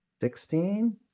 sixteen